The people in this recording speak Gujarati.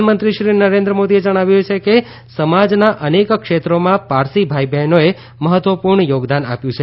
પ્રધાનમંત્રી શ્રી નરેન્દ્ર મોદીએ જણાવ્યું છે કે સમાજના અનેક ક્ષેત્રોમાં પારસી ભાઇ બહેનોએ મહત્વપૂર્ણ યોગદાન આપ્યું છે